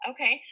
Okay